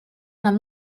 нам